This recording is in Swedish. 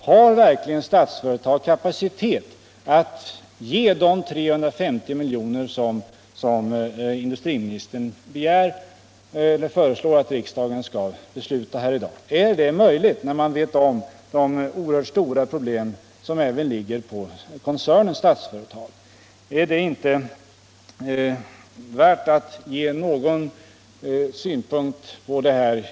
Har verkligen Statsföretag kapacitet att ge de 350 milj.kr. som industriministern föreslår att riksdagen skall besluta om här i dag? Är det möjligt, när man vet om de oerhört stora problem som även finns hos koncernen Statsföretag? Är det inte värt att ge någon synpunkt på detta?